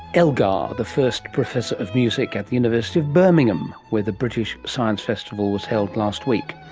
elgar, the first professor of music at the university of birmingham, where the british science festival was held last week.